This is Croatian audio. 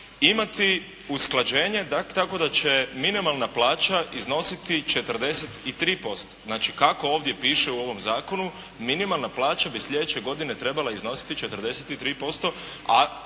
imati usklađenje tako da će minimalna plaća iznositi 43%. Znači kako ovdje piše u ovom zakonu minimalna plaća bi sljedeće godine trebala iznositi 43%, a